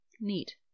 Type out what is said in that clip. Neat